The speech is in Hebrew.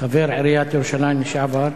חבר עיריית ירושלים לשעבר.